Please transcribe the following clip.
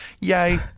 yay